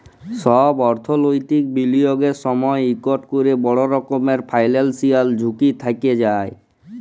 ছব অথ্থলৈতিক বিলিয়গের সময় ইকট ক্যরে বড় রকমের ফিল্যালসিয়াল ঝুঁকি থ্যাকে যায়